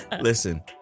Listen